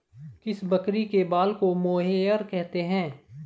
किस बकरी के बाल को मोहेयर कहते हैं?